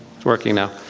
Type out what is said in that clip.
working now.